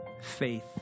faith